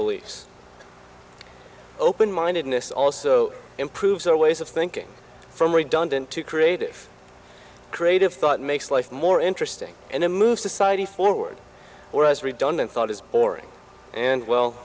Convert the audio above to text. beliefs open mindedness also improves our ways of thinking from redundant to creative creative thought makes life more interesting and it moves society forward whereas redundant thought is boring and well